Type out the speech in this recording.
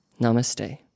Namaste